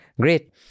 Great